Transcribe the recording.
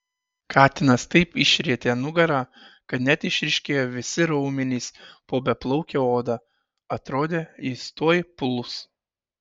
katinas taip išrietė nugarą kad net išryškėjo visi raumenys po beplauke oda atrodė jis tuoj puls